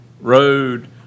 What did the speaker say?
road